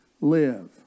live